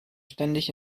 ständig